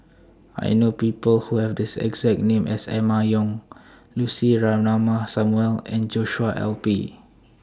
I know People Who Have The exact name as Emma Yong Lucy Ratnammah Samuel and Joshua L P